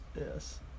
Yes